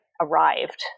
arrived